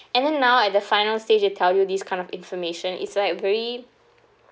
and then now at the final stage they tell you this kind of information it's like very